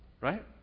Right